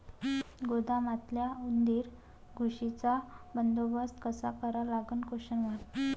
गोदामातल्या उंदीर, घुशीचा बंदोबस्त कसा करा लागन?